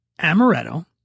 Amaretto